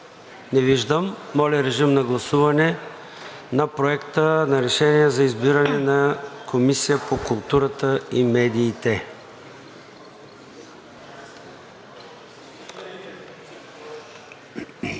Не виждам. Моля, режим на гласуване на Проекта на решение за избиране на Комисия по културата и медиите.